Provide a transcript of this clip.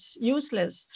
useless